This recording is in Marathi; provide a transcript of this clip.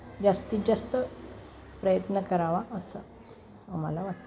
जास्तीत जास्त प्रयत्न करावा असं मला वाटतं